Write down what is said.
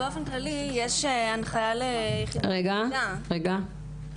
רחלי, רצית לומר משהו?